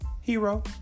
Hero